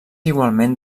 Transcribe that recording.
igualment